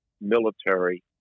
military